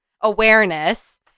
awareness